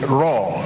raw